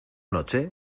noche